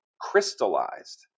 crystallized